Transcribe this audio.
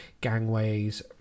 gangways